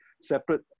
separate